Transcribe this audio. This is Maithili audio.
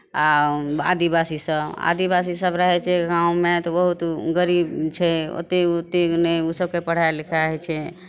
आ आदिवासीसभ आदिवासीसभ रहै छै गाँवमे तऽ बहुत गरीब छै ओतेक ओतेक नहि ओ सभके पढ़ाइ लिखाइ होइ छै